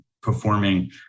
performing